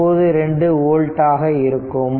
92 old ஆக இருக்கும்